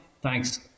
Thanks